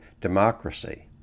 democracy